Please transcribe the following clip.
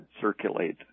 circulate